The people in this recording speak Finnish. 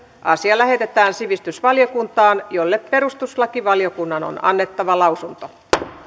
asia lähetetään sivistysvaliokuntaan jolle perustuslakivaliokunnan on annettava lausunto